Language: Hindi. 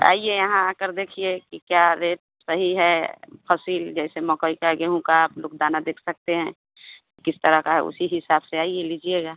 आइए यहाँ आकर देखिए कि क्या रेट सही है फसल जैसे मकई का गेहूँ का आप लोग दाना देख सकते हैं किस तरह का है उसी हिसाब से आइएगा लीजिएगा